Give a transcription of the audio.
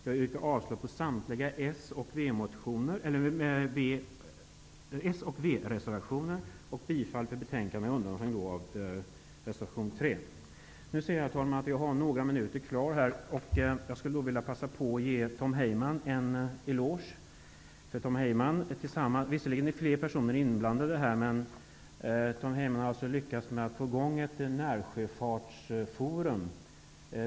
Jag yrkar avslag på samtliga s och v-reservationer samt i övrigt bifall till utskottets hemställan utom vad avser det moment som avses i reservation 3. Jag ser, herr talman, att jag har några minuter kvar av min taletid, och jag vill begagna tillfället att ge Tom Heyman en eloge. Visserligen är personer inblandade, men jag vill ändå peka på att Tom Heyman har lyckats med att få i gång ett närsjöfartsforum.